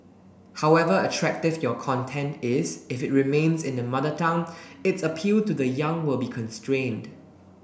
however attractive your content is if it remains in the Mother Tongue its appeal to the young will be constrained